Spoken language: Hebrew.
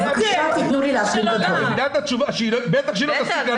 בטח שהיא לא תספיק,